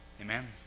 Amen